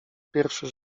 pierwszy